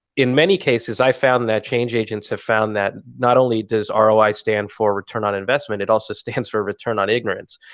in many cases, i found that change agents have found that not only does ah roi stand for return on investment it also stands for return on ignorance.